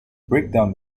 breakdown